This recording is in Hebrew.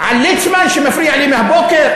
על ליצמן, שמפריע לי מהבוקר.